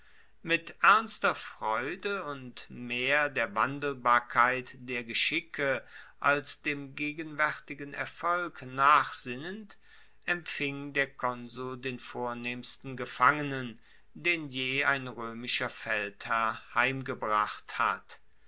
mit ernster freude und mehr der wandelbarkeit der geschicke als dem gegenwaertigen erfolg nachsinnend empfing der konsul den vornehmsten gefangenen den je ein roemischer feldherr heimgebracht hat